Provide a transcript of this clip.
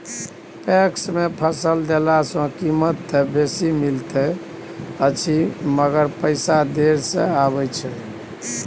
PACS मे फसल देला सॅ कीमत त बेसी मिलैत अछि मगर पैसा देर से आबय छै